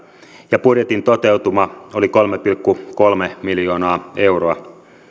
ja budjetin toteutuma oli kolme pilkku kolme miljoonaa euroa